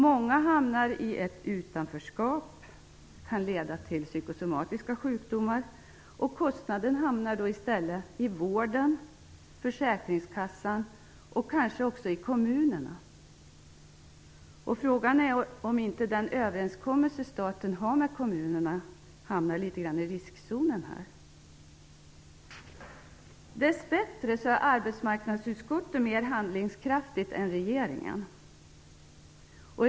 Många hamnar i ett utanförskap, vilket kan leda till psykosomatiska sjukdomar. Kostnaden hamnar då i stället i vården, hos försäkringskassan och kanske också hos kommunerna. Här kan den överenskommelse som staten har med kommunerna hamna litet grand i riskzonen. Dess bättre är arbetsmarknadsutskottet mer handlingskraftigt än vad regeringen är.